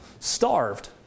starved